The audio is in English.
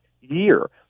year